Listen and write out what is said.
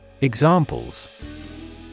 Examples